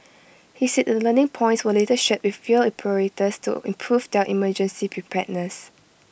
he said the learning points were later shared with rail operators to improve their emergency preparedness